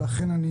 לכן,